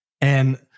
and-